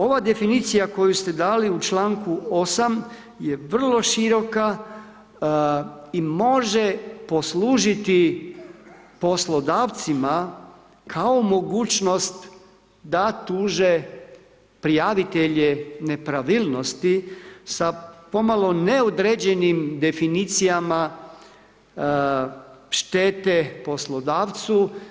Ova definicija koju ste dali u čl. 8. jer vrlo široka i može poslužiti poslodavcima kao mogućnost da tuže prijavitelje nepravilnosti sa pomalo neodređenim definicijama štete poslodavcu.